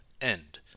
end